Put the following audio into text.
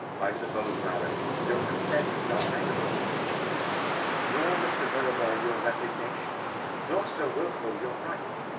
i suppose, madam, your consent is not requisite in this case nor, mr. mirabell, your resignation nor, sir wilfull, your right.